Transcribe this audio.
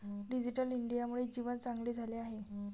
digital इंडियामुळे जीवन चांगले झाले आहे